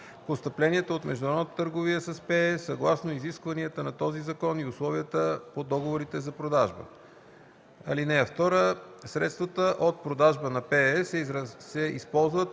постъпленията от международната търговия с ПЕЕ съгласно изискванията на този закон и условията по договорите за продажба. (2) Средствата от продажбата на ПЕЕ се използват